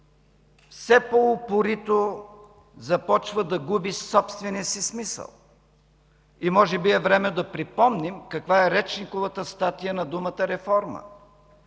все по-упорито започва да губи собствения си смисъл и може би е време да припомним каква е речниковата статия на думата „реформа”.